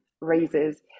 raises